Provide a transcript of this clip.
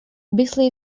bisley